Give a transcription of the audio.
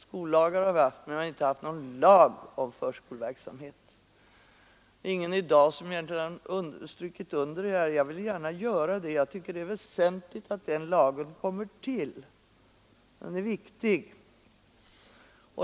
Skollagar har vi haft men ingen lag om förskoleverksamhet. Det är egentligen ingen i dag som har strukit under detta, och därför vill jag gärna göra det. Jag tycker det är väsentligt att den lagen kommer till. Den är viktig.